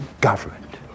government